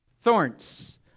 Thorns